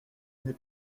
n’est